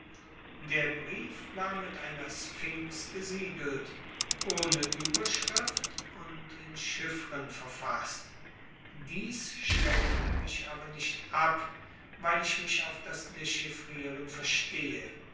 der brief war mit einer sphinx gesiegelt ohne überschrift und in chiffern verfaßt dies schreckte mich aber nicht ab weil ich mich auf das dechiffrieren verstehe